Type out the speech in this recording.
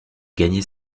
gagner